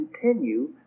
continue